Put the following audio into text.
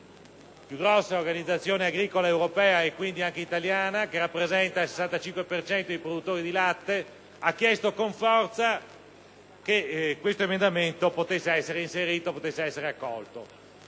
la più grande organizzazione agricola europea, e quindi anche italiana, e che rappresenta il 65 per cento dei produttori di latte, ha chiesto con forza che questo emendamento potesse essere inserito ed accolto.